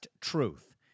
Truth